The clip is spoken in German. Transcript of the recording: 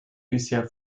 bisher